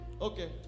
Okay